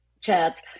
chats